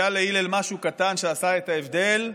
היה להלל משהו קטן שעשה את ההבדל: